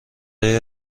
های